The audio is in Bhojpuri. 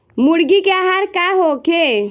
मुर्गी के आहार का होखे?